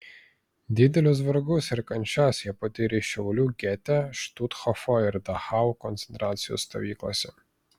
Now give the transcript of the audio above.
didelius vargus ir kančias jie patyrė šiaulių gete štuthofo ir dachau koncentracijos stovyklose